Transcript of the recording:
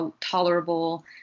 tolerable